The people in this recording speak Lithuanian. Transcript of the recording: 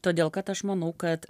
todėl kad aš manau kad